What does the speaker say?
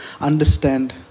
understand